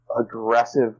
aggressive